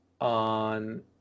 On